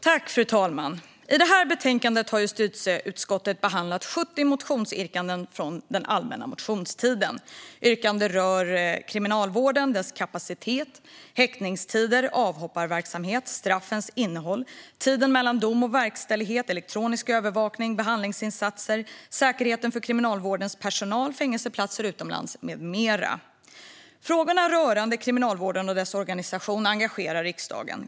Fru talman! I detta betänkande har justitieutskottet behandlat 70 motionsyrkanden från allmänna motionstiden. Yrkandena rör kriminalvården, dess kapacitet, häktningstider, avhopparverksamhet, straffens innehåll, tiden mellan dom och verkställighet, elektronisk övervakning, behandlingsinsatser, säkerheten för kriminalvårdens personal, fängelseplatser utomlands med mera. Frågorna rörande kriminalvården och dess organisation engagerar riksdagen.